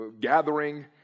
gathering